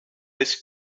his